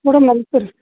madam ನಮಸ್ತೆ ರೀ